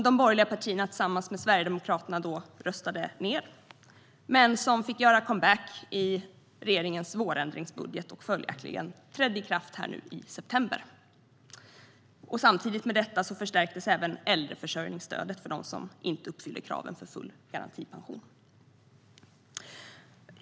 De borgerliga partierna tillsammans med Sverigedemokraterna röstade då ned förslaget som fick göra comeback i regeringens vårändringsbudget, och följaktligen trädde det i kraft nu i september. Samtidigt med detta förstärktes även äldreförsörjningsstödet för dem som inte uppfyller kraven för full garantipension.